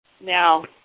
Now